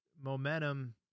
momentum